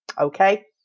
Okay